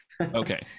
Okay